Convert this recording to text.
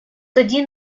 тоді